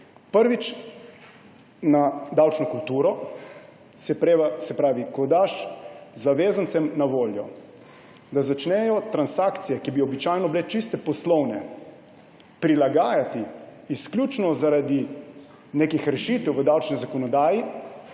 Prvič, na davčno kulturo, se pravi, ko daš zavezancem na voljo, da začnejo transakcije, ki bi običajno bile čisto poslovne, prilagajati izključno zaradi nekih rešitev v davčni zakonodaji,